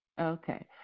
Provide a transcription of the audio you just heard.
Okay